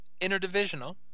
interdivisional